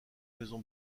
maison